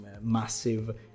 massive